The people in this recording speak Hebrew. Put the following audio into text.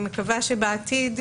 ואני מקווה שבעתיד,